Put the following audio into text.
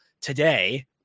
today